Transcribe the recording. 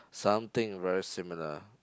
something very similar